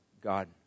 God